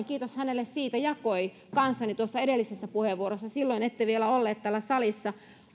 kiitos hänelle siitä jakoi kanssani tuossa edellisessä puheenvuorossaan silloin ette vielä ollut täällä salissa